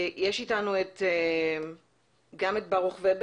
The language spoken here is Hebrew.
יש איתנו גם את ברוך ובר